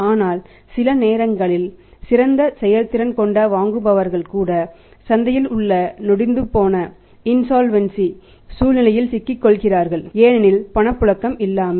ஆனால் சில நேரங்களில் சிறந்த செயல்திறன் கொண்ட வாங்குபவர்கள் கூட சந்தையில் உள்ள நொடித்துப்போன சூழ்நிலையில் சிக்கிக்கொள்கிறார்கள் ஏனெனில் பணப்புழக்கம் இல்லாமை